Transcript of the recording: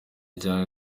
cyane